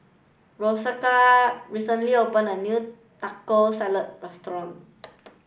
Rosco recently opened a new Taco Salad Restaurant